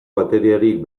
bateriarik